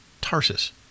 Tarsus